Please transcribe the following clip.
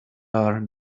are